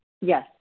Yes